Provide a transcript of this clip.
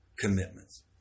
commitments